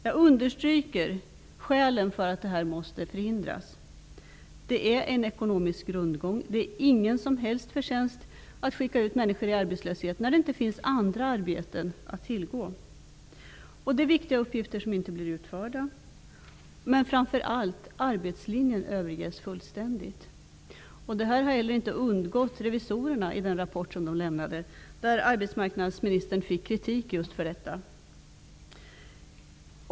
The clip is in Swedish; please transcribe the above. Jag understryker skälen för att detta måste förhindras. Det är en ekonomisk rundgång. Det är ingen som helst förtjänst att skicka ut människor i arbetslöshet när det inte finns andra arbeten att tillgå. Det är viktiga uppgifter som inte blir utförda. Framför allt överges arbetslinjen fullständigt. Det har heller inte undgått revisorerna. I den rapport de lämnade fick arbetsmarknadsministern kritik just för detta.